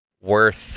Worth